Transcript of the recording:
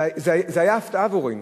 זה היה הפתעה עבורנו.